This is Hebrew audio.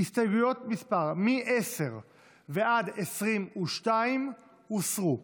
ההסתייגויות מ-10 עד 22 הוסרו.